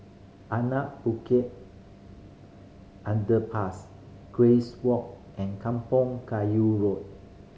Anak Bukit Underpass Grace Walk and Kampong Kayu Road